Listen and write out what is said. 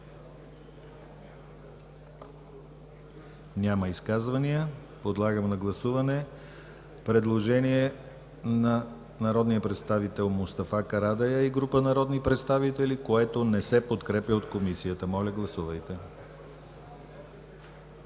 Няма изказвания. Подлагам на гласуване предложението на народния представител Мустафа Карадайъ и група народни представители, което не се подкрепя от Комисията. Гласували